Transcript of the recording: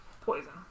Poison